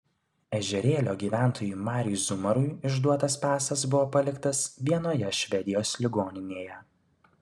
ežerėlio gyventojui mariui zumarui išduotas pasas buvo paliktas vienoje švedijos ligoninėje